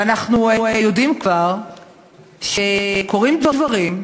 ואנחנו יודעים כבר שקורים דברים.